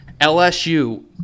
LSU